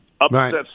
upsets